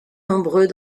nombreux